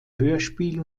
hörspiel